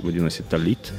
vadinasi talit